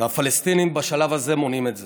והפלסטינים בשלב הזה מונעים את זה.